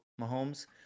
Mahomes